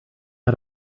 out